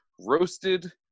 roasted